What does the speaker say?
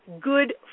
good